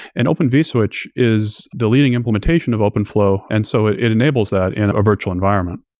and open vswitch is the leading implementation of open f low, and so it it enables that in a virtual environment.